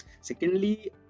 Secondly